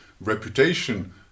reputation